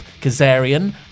Kazarian